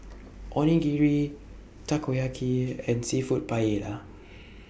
Onigiri Takoyaki and Seafood Paella